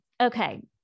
Okay